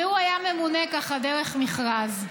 והוא היה ממונה ככה דרך מכרז.